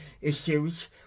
issues